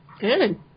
Good